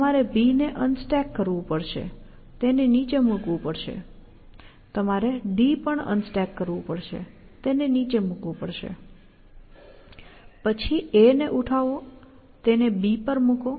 તમારે B unstack કરવું પડશે તેને નીચે મૂકવું પડશે તમારે D પણ અનસ્ટેક કરવું પડશે તેને નીચે મૂકવું પડશે પછી A ને ઉઠાવો તેને B પર મૂકો